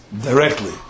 directly